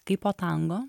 kaipo tango